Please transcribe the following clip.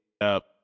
up